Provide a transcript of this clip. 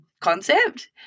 concept